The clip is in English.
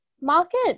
market